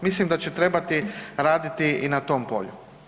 Mislim da će trebati raditi i na tom polju.